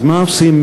אז מה עושים?